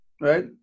right